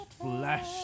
flesh